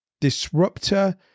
disruptor